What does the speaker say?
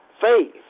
faith